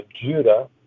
Judah